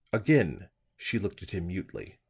again she looked at him mutely.